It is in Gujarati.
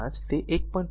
25 તે 1